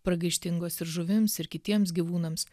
pragaištingos ir žuvims ir kitiems gyvūnams